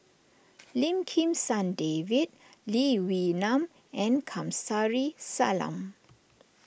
Lim Kim San David Lee Wee Nam and Kamsari Salam